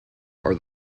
are